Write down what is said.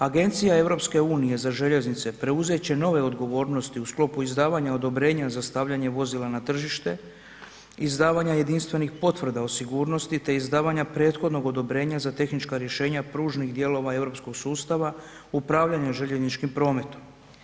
Agencija EU za željeznice preuzet će nove odgovornosti u sklopu izdavanja odobrenja za stavljanje vozila na tržište, izdavanja jedinstvenih potvrda o sigurnosti te izdavanja prethodnog odobrenja za tehnička rješenja pružnih dijelova europskog sustava upravljanja željezničkim prometom.